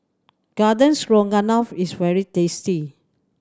Garden Stroganoff is very tasty